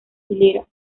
hileras